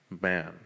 man